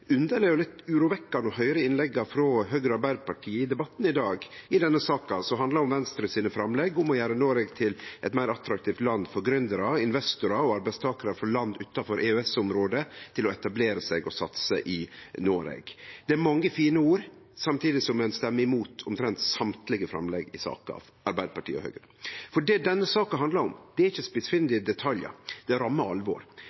underleg og litt urovekkande å høyre innlegga frå Høgre og Arbeidarpartiet i debatten i dag, i denne saka som handlar om Venstre sine framlegg om å gjere Noreg til eit meir attraktivt land for gründerar, investorar og arbeidstakarar frå land utanfor EØS-området til å etablere seg og satse i. Det er sagt mange fine ord, samtidig som Arbeidarpartiet og Høgre vil stemme imot omtrent alle framlegga i saka. Det denne saka handlar om, er ikkje spissfindige detaljar – det er ramme alvor.